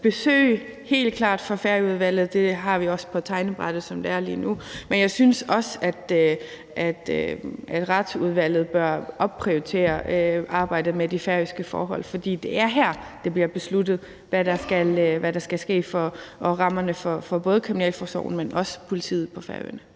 Så et besøg fra Færøudvalget har vi helt klart også på tegnebrættet, som det er lige nu. Men jeg synes også, at Retsudvalget bør opprioritere arbejdet med de færøske forhold, for det er her, det bliver besluttet, hvad der skal ske, og hvad rammerne for både kriminalforsorgen og politiet på Færøerne